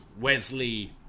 Wesley